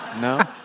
no